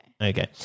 Okay